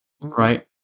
right